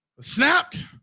Snapped